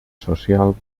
social